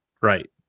right